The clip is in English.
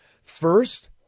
First